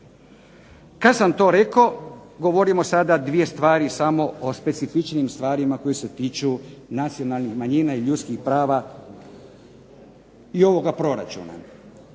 Kad sam to rekao, govorimo sada dvije stvari samo o specifičnim stvarima koje se tiču nacionalnih manjina i ljudskih prava i ovoga proračuna.